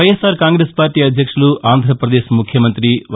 YSR Congress party అధ్యక్షులు ఆంధ్రపదేశ్ ముఖ్యమంత్రి why